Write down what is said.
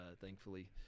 thankfully